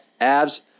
Abs